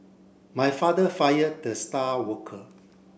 my father fired the star worker